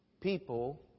people